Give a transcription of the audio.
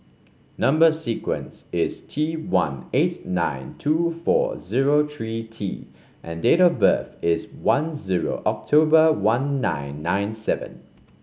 number sequence is T one eight nine two four zero three T and date of birth is one zero October one nine nine seven